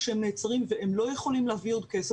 כשהם נעצרים והם לא יכולים להביא עוד כסף,